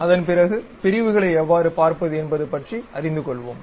அதன் பிறகு பிரிவுகளை எவ்வாறு பார்ப்பது என்பது பற்றி அறிந்து கொள்வோம்